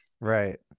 Right